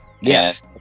Yes